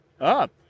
up